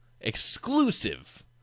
exclusive